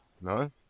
No